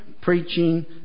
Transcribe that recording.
preaching